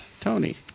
Tony